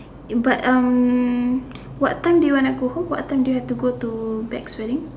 but um what time do you want to go home what time do you have to go to Beck's wedding